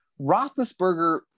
roethlisberger